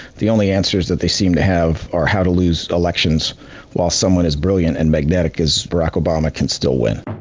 the only answers that they seem to have are how to lose elections while someone as brilliant and magnetic as barack obama can still win.